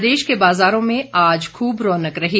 प्रदेश के बाजारों में आज खूब रौनक रही